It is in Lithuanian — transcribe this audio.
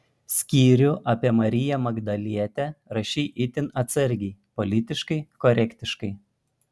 skyrių apie mariją magdalietę rašei itin atsargiai politiškai korektiškai